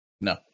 No